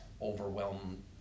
overwhelm